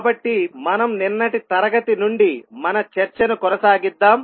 కాబట్టి మనం నిన్నటి తరగతి నుండి మన చర్చను కొనసాగిద్దాం